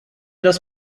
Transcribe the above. das